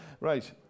Right